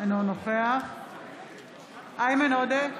אינו נוכח איימן עודה,